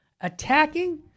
attacking